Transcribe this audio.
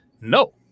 no